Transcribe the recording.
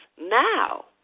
now